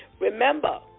Remember